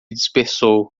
dispersou